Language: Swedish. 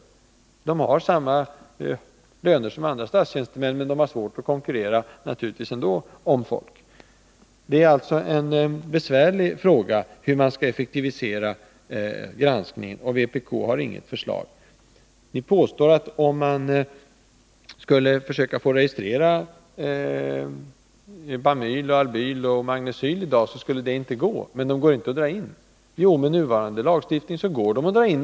Lönen är här samma som för andra statstjänstemän, men man har svårt att konkurrera om läkare och apotekare. Frågan om hur man skall effektivisera granskningen är alltså besvärlig, och Nr 22 vpk har inget förslag. Ni påstår att om man skulle försöka registrera Bamyl, Albyl och Magnecyl i dag skulle det inte gå, och det går inte att dra in dem. Jo, med nuvarande lagstiftning går de att dra in.